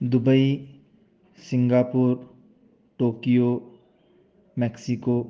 Dubai Singapore Tokyo Mexico